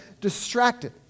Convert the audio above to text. distracted